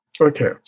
Okay